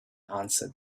answer